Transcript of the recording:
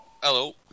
Hello